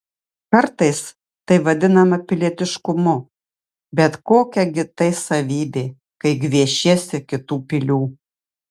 kartais tai vadinama pilietiškumu bet kokia gi tai savybė kai gviešiesi kitų pilių